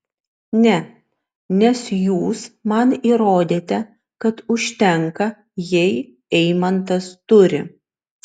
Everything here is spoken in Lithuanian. ne nes jūs man įrodėte kad užtenka jei eimantas turi